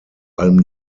allem